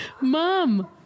Mom